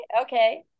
Okay